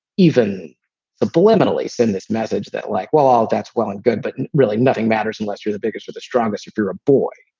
even the ballymena, send this message that like, well, all that's well and good, but and really nothing matters unless you're the biggest or the strongest if you're a boy